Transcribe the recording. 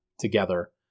Together